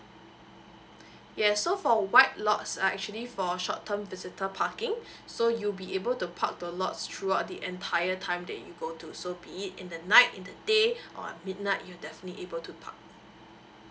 yes so for white lots are actually for short term visitor parking so you'll be able to park the lots throughout the entire time that you go to so be it in the night in the day or midnight you definitely able to park